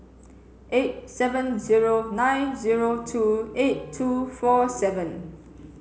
eight seven zero nine zero two eight two four seven